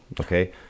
okay